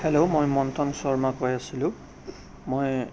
hello মই মন্থন শৰ্মা কৈ আছিলোঁ মই